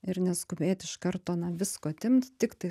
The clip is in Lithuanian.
ir neskubėt iš karto na visko atimt tiktai